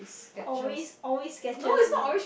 always always Skechers is it